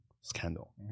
scandal